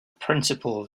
principle